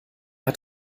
hat